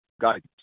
guidance